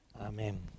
Amen